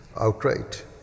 outright